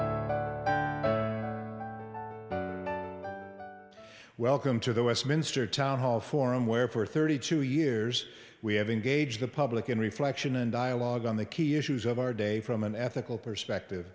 welcome to the westminster town hall forum where for thirty two years we have engaged the public in reflection and dialogue on the key issues of our day from an ethical perspective